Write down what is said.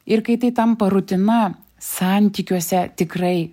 ir kai tai tampa rutina santykiuose tikrai